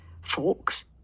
forks